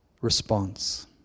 response